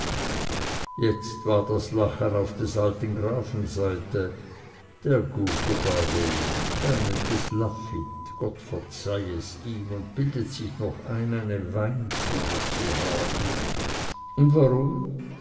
jetzt war das lachen auf des alten grafen seite der gute baron er nennt es lafitte gott verzeih es ihm und bildet sich noch ein eine weinzunge zu haben und warum